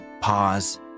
pause